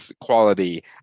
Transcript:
quality